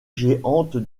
géante